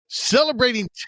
Celebrating